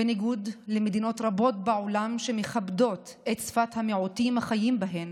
בניגוד למדינות רבות בעולם שמכבדות את שפת המיעוטים החיים בהן